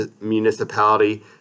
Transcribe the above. municipality